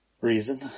reason